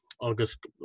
August